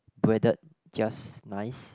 breaded just nice